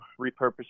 repurpose